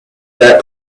that